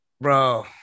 Bro